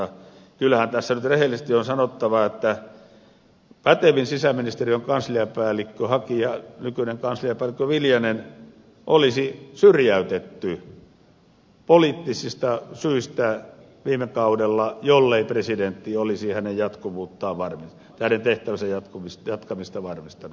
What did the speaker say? kyllähän tässä nyt rehellisesti on sanottava että pätevin sisäministeriön kansliapäällikköhakija nykyinen kansliapäällikkö viljanen olisi syrjäytetty poliittisista syistä viime kaudella jollei presidentti olisi hänen tehtäviensä jatkamista varmistanut